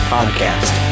Podcast